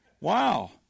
Wow